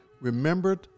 remembered